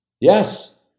Yes